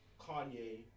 Kanye